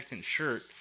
shirt